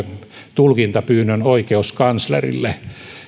tulkintapyynnön oikeuskanslerille